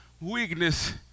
weakness